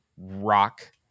rock